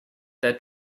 that